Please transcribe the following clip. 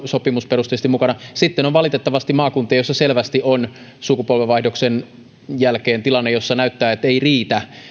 sopimusperusteisesti mukana sitten on valitettavasti maakuntia joissa selvästi on sukupolvenvaihdoksen jälkeen tilanne jossa näyttää siltä että ei riitä